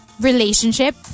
Relationship